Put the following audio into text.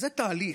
זה תהליך,